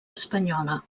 espanyola